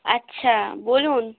আচ্ছা বলুন